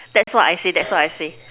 that's what I say that's what I say